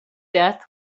death